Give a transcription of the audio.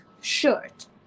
shirt